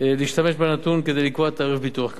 להשתמש בנתון כדי לקבוע תעריף ביטוח כחוק.